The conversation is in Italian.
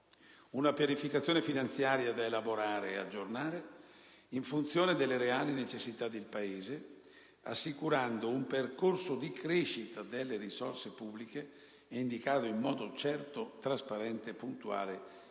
una pianificazione finanziaria da elaborare e aggiornare in funzione delle reali necessità del Paese, assicurando un percorso di crescita delle risorse pubbliche ed indicando in modo certo, trasparente e puntuale